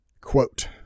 Quote